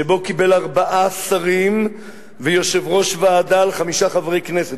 שבו קיבל ארבעה שרים ויושב-ראש ועדה על חמישה חברי כנסת,